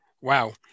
wow